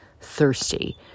thirsty